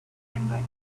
remembered